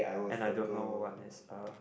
and I don't know what is a